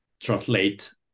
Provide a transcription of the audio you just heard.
translate